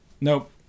Nope